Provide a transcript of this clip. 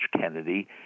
Kennedy